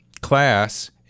class